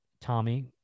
Tommy